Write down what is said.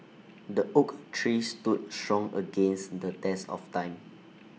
the oak tree stood strong against the test of time